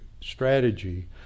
strategy